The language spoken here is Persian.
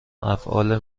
افعال